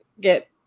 get